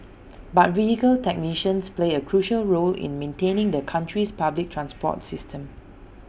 but vehicle technicians play A crucial role in maintaining the country's public transport system